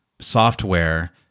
software